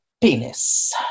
penis